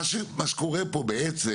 מה שקורה פה בעצם,